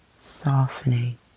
softening